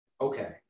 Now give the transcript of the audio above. okay